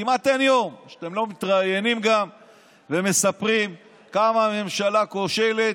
כמעט אין יום שאתם לא מתראיינים ומספרים כמה הממשלה כושלת,